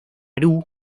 aru